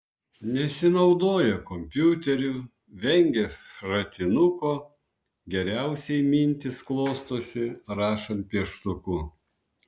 nesinaudoja kompiuteriu vengia šratinuko geriausiai mintys klostosi rašant pieštuku